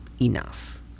enough